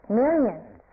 millions